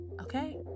okay